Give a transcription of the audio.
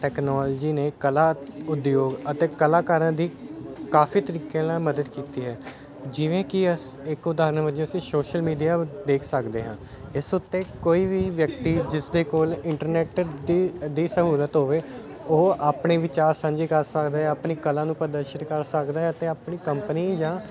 technology ਨੇ ਕਲਾ ਉਦਯੋਗ ਅਤੇ ਕਲਾਕਾਰਾਂ ਦੀ ਕਾਫੀ ਤਰੀਕੇ ਨਾਲ ਮਦਦ ਕੀਤੀ ਹੈ ਜਿਵੇਂ ਕਿ ਅਸ ਇੱਕ ਉਦਾਹਰਨ ਵਜੋਂ ਅਸੀਂ ਸੋਸ਼ਲ ਮੀਡੀਆ ਦੇਖ ਸਕਦੇ ਹਾਂ ਇਸ ਉੱਤੇ ਕੋਈ ਵੀ ਵਿਅਕਤੀ ਜਿਸ ਦੇ ਕੋਲ ਇੰਟਰਨੈੱਟ ਦੀ ਦੀ ਸਹੂਲਤ ਹੋਵੇ ਉਹ ਆਪਣੇ ਵਿਚਾਰ ਸਾਂਝੇ ਕਰ ਸਕਦੇ ਹਾਂ ਆਪਣੀ ਕਲਾ ਨੂੰ ਪ੍ਰਦਰਸ਼ਿਤ ਕਰ ਸਕਦਾ ਹੈ ਅਤੇ ਆਪਣੀ ਕੰਪਨੀ ਜਾਂ